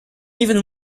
even